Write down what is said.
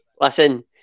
listen